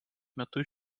metus